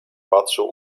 patrzył